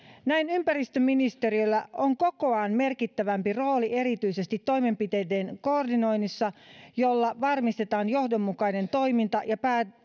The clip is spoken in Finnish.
näin ympäristöministeriöllä on kokoaan merkittävämpi rooli erityisesti toimenpiteiden koordinoinnissa jolla varmistetaan johdonmukainen toiminta ja